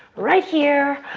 right here,